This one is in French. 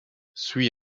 suit